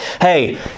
Hey